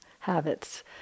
habits